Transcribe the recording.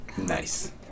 Nice